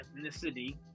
ethnicity